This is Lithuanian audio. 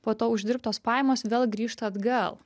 po to uždirbtos pajamos vėl grįžta atgal